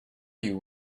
you